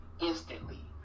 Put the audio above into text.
instantly